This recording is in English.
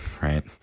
right